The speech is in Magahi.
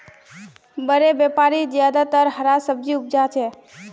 बड़े व्यापारी ज्यादातर हरा सब्जी उपजाहा